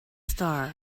star